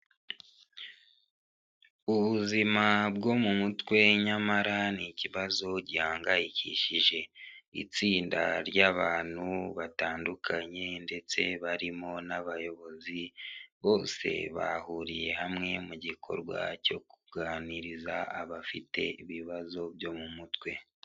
Ubuzima bwo mu mutwe nyamara ni ikibazo gihangayikishije, itsinda ry'abantu batandukanye, ndetse barimo n'abayobozi, bose bahuriye hamwe mu gikorwa cyo kuganiriza, abafite ibibazo byo mu mutwe.